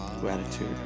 Gratitude